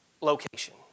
location